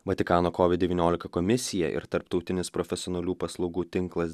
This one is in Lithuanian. vatikano covid devyniolika komisija ir tarptautinis profesionalių paslaugų tinklas